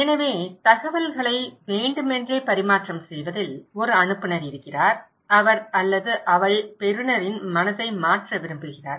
எனவே தகவல்களை வேண்டுமென்றே பரிமாற்றம் செய்வதில் ஒரு அனுப்புநர் இருக்கிறார் அவர் அல்லது அவள் பெறுநரின் மனதை மாற்ற விரும்புகிறார்